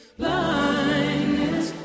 blindness